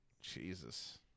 Jesus